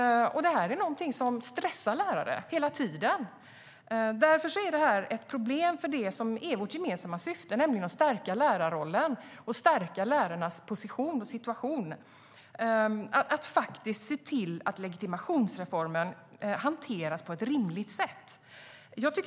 Det här är någonting som stressar lärare och är därför ett problem för det som är vårt gemensamma syfte, nämligen att stärka lärarrollen och stärka lärarnas position och situation. Legitimationsreformen måste hanteras på ett rimligt sätt.